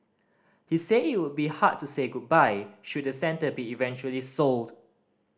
he said it would be hard to say goodbye should the centre be eventually sold